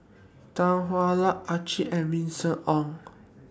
Tan Hwa Luck Harichandra and Vincent Cheng